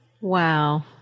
Wow